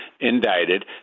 indicted